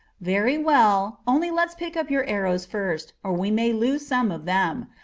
very well only let's pick up your arrows first, or we may lose some of them.